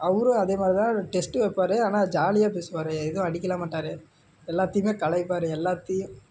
அவரும் அதே மாதிரிதான் டெஸ்ட்டு வைப்பாரு ஆனால் ஜாலியாக பேசுவார் எதுவும் அடிக்கலாம் மாட்டார் எல்லாத்தையும் கலாய்ப்பார் எல்லாத்தையும்